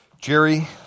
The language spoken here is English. Jerry